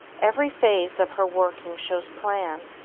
every phase of her working shows plan,